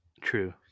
True